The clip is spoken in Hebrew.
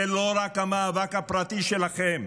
זה לא רק המאבק הפרטי שלכם,